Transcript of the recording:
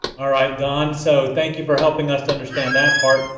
all right, don, so thank you for helping us to understand that part.